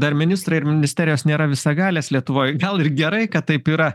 dar ministrai ir ministerijos nėra visagalės lietuvoj gal ir gerai kad taip yra